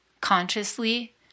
consciously